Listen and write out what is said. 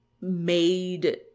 made